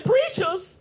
Preachers